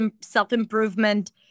self-improvement